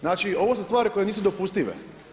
Znači ovo su stvari koje nisu dopustive.